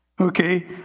Okay